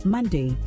Monday